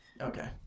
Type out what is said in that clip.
Okay